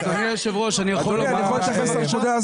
סיימת את זכות הדיבור.